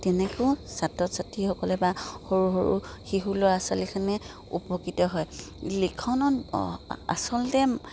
তেনেকৈয়ো ছাত্ৰ ছাত্ৰীসকলে বা সৰু সৰু শিশু ল'ৰা ছোৱালীখিনিয়ে উপকৃত হয় লিখনত আচলতে